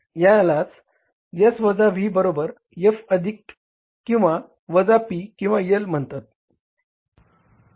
त्यालाच S वजा V बरोबर F अधिक किंवा वजा P किंवा L म्हणतात